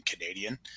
Canadian